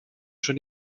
schon